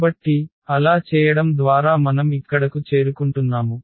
కాబట్టి అలా చేయడం ద్వారా మనం ఇక్కడకు చేరుకుంటున్నాము